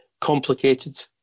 complicated